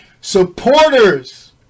Supporters